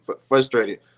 frustrated